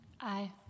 Aye